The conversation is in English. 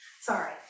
sorry